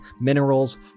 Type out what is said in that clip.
minerals